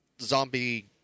zombie